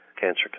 Cancer